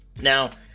Now